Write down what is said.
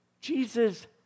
Jesus